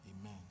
Amen